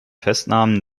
festnahmen